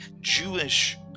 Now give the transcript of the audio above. Jewish